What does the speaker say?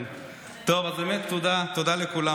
אז באמת תודה, תודה לכולם.